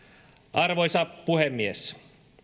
arvoisa puhemies